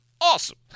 awesome